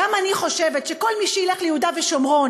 גם אני חושבת שכל מי שילך ליהודה ושומרון